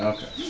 Okay